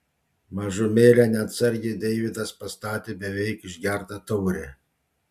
mažumėlę neatsargiai deividas pastatė beveik išgertą taurę